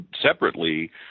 separately –